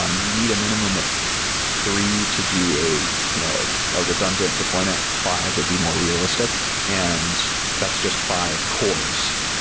um you need a minimum of three to do a you know a redundant deployment. five would be more realistic, and that's just five core,